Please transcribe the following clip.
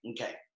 Okay